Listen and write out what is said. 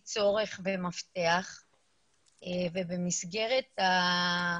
הרשויות אמורות להגיש לפי צורך ומפתח ובמסגרת התקציב